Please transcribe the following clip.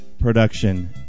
production